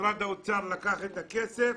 משרד האוצר לקח את הכסף,